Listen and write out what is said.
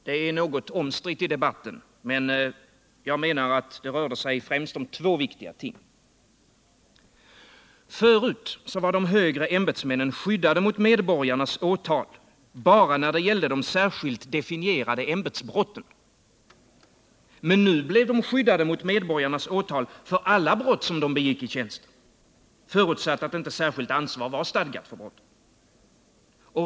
Det är något omstritt i debatten, men jag menar att det främst rörde sig om två viktiga ting. Tidigare var de högre ämbetsmännen skyddade mot medborgarnas åtal bara när det gällde de särskilt definierade ämbetsbrotten. Men nu blev de skyddade mot medborgarnas åtal för alla brott som de begick i tjänsten, förutsatt att inte särskilt ansvar var stadgat.